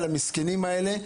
על המסכנים האלה,